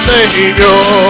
Savior